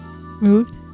moved